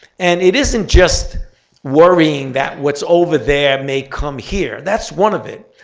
and it isn't just worrying that what's over there may come here. that's one of it.